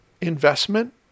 investment